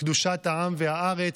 קדושת העם והארץ.